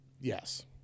Yes